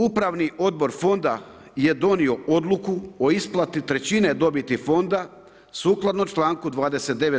Upravni odbor Fonda je donio odluku o isplati trećine dobiti Fonda, sukladno čl. 29.